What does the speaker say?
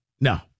No